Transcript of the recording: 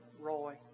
Roy